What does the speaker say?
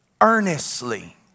earnestly